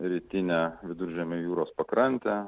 rytinę viduržemio jūros pakrantę